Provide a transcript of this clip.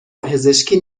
پزشکی